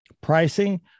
pricing